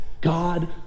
God